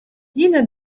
yine